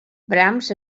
brahms